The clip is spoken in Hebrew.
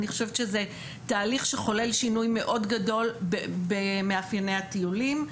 אני חושבת שזה תהליך שחולל שינוי מאוד גדול במאפייני הטיולים.